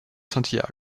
santiago